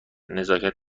نزاکت